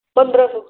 ਪੰਦਰਾਂ ਸੌ